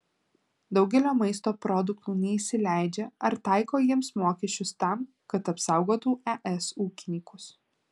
daugelio maisto produktų neįsileidžia ar taiko jiems mokesčius tam kad apsaugotų es ūkininkus